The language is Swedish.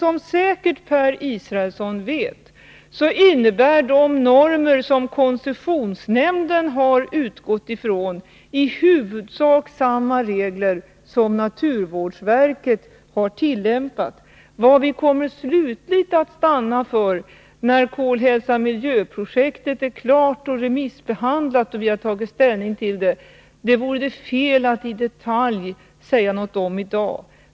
Som Per Israelsson säkert vet innebär de normer som koncessionsnämnden utgått ifrån i huvudsak samma regler som naturvårdsverket har tillämpat. Vad vi slutligen kommer att stanna för när Kol-hälsa-miljöprojektet är klart och remissbehandlat och vi har tagit ställning vore det fel att i dag säga någonting om i detalj.